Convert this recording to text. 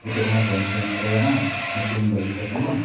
ᱱᱤᱛᱚᱜ ᱢᱟ ᱵᱟᱹᱧ ᱥᱮᱱ ᱫᱟᱲᱮᱭᱟᱜᱼᱟ ᱵᱟᱹᱜᱤ ᱠᱟᱛᱮᱫ ᱢᱟ